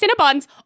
Cinnabons